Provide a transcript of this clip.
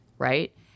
right